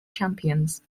champions